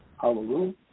hallelujah